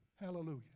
Hallelujah